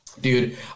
Dude